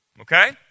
okay